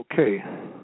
Okay